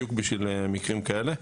בדיוק בשביל מקרים כאלו.